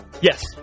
Yes